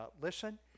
listen